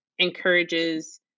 encourages